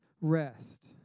rest